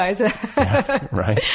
Right